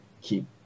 keep